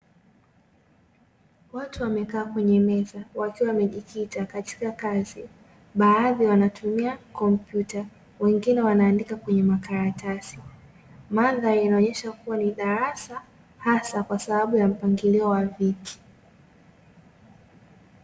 Watu wamekaa kwenye meza wakiwa wamejikita katika kazi, Baadhi wanatumia komptuta wengine wana andika kwenye makaratasi, Mandhari inaonyesha kua ni darasa hasa kwa sababu ya mpangilio wa viti.